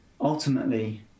Ultimately